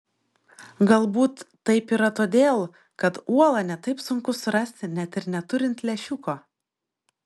galbūt taip yra todėl kad uolą ne taip sunku surasti net ir neturint lęšiuko